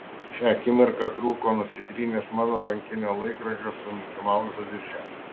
šią akimirką trūko nusitrynęs mano rankinio laikrodžio su mikimauzu dirželis